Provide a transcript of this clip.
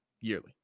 yearly